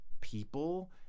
people